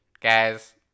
Guys